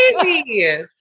crazy